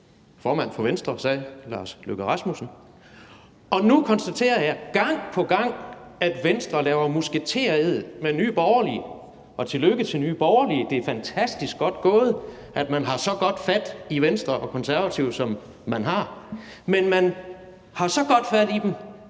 formand for Venstre, Lars Løkke Rasmussen, sagde – og nu konstaterer jeg gang på gang, at Venstre laver musketered med Nye Borgerlige, og tillykke til Nye Borgerlige. Det er fantastisk godt gået, at man har så godt fat i Venstre og Konservative, som man har, men man har så godt fat i dem,